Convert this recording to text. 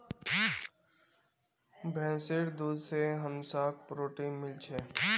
भैंसीर दूध से हमसाक् प्रोटीन मिल छे